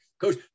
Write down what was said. Coach